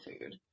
food